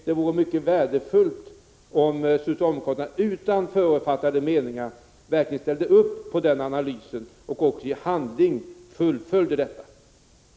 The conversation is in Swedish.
Det vore mycket värdefullt om socialdemokraterna utan förutfattade meningar ställde upp på den analysen och också fullföljde det i handling.